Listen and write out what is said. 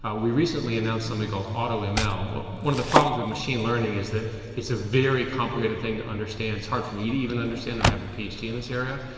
ah we recently announced something called auto ah ml. but one of the problems with machine learning is that it's a very complicated thing to understand. it's hard for me to even understand, and i have a ph d. in this area.